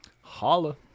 Holla